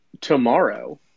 tomorrow